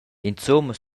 insumma